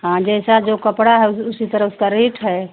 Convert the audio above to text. हाँ जैसा जो कपड़ा है उसी तरह उसका रेट है